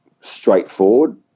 straightforward